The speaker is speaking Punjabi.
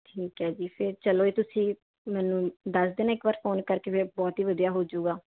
ਠੀਕ ਹੈ ਜੀ ਫਿਰ ਚਲੋ ਇਹ ਤੁਸੀਂ ਮੈਨੂੰ ਦੱਸ ਦੇਣਾ ਇੱਕ ਵਾਰ ਫੋਨ ਕਰਕੇ ਫਿਰ ਬਹੁਤ ਹੀ ਵਧੀਆ ਹੋਜੂਗਾ